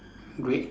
grey